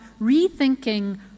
rethinking